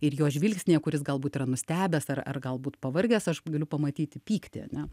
ir jo žvilgsnyje kuris galbūt yra nustebęs ar ar galbūt pavargęs aš galiu pamatyti pyktį ane